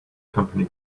company